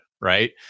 right